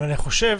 אני חושב